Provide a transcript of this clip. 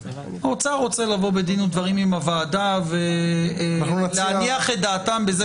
האוצר רוצה לבוא בדין ודברים עם הוועדה ולהניח את דעתם בזה